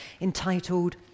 entitled